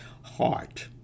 heart